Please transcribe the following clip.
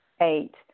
Eight